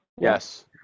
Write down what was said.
yes